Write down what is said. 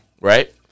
Right